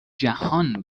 جهان